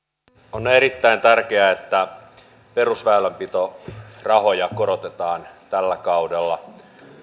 puhemies on erittäin tärkeää että perusväylänpitorahoja korotetaan tällä kaudella